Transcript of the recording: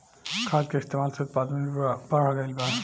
खाद के इस्तमाल से उत्पादन भी बढ़ गइल बा